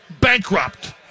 bankrupt